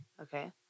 Okay